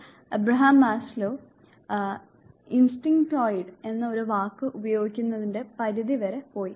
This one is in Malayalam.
വാസ്തവത്തിൽ അബ്രഹാം മാസ്ലോ ഇൻസ്റ്റിങ്ക്റ്റോയിഡ് എന്ന ഒരു വാക്ക് ഉപയോഗിക്കുന്നതിന്റെ പരിധി വരെ പോയി